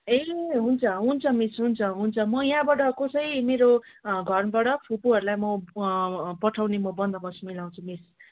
ए हुन्छ हुन्छ मिस हुन्छ हुन्छ म यहाँबाट कसै मेरो घरबाट फुपूहरूलाई म पठाउने म बन्दोबस मिलाउँछु मिस